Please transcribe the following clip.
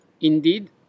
indeed